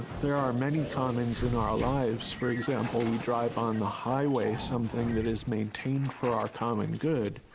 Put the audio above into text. there are many commons in our lives, for example, we drive on the highway, something that is maintained for our common good.